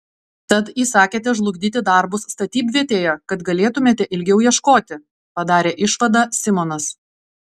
tad įsakėte žlugdyti darbus statybvietėje kad galėtumėte ilgiau ieškoti padarė išvadą simonas